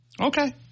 Okay